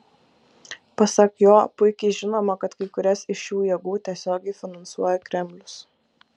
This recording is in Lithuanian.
pasak jo puikiai žinoma kad kai kurias iš šių jėgų tiesiogiai finansuoja kremlius